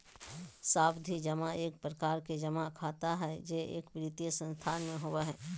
सावधि जमा एक प्रकार के जमा खाता हय जे एक वित्तीय संस्थान में होबय हय